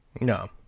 No